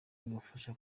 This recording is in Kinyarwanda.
ibafasha